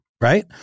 right